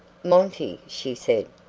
monty, she said,